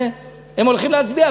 הם הולכים להצביע,